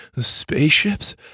spaceships